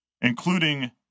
including